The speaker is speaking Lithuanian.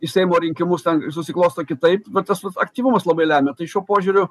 į seimo rinkimus susiklosto kitaip mat tas pats aktyvumas labai lemia tai šiuo požiūriu